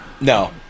No